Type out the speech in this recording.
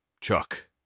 chuck